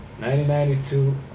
1992